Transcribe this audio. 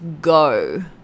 go